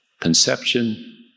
conception